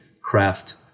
craft